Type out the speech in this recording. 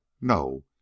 no